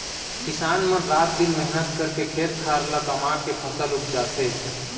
किसान मन रात दिन मेहनत करके खेत खार ल कमाके फसल उपजाथें